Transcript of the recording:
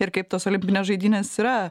ir kaip tos olimpinės žaidynės yra